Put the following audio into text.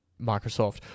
Microsoft